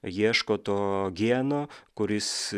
ieško to geno kuris